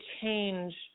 change